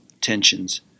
tensions